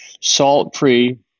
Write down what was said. salt-free